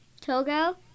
Togo